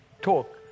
Talk